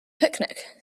picnic